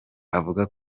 avuga